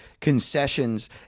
concessions